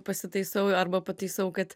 pasitaisau arba pataisau kad